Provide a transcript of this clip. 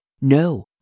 No